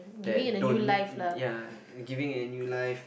that don't ya giving a new life